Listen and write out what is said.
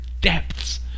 depths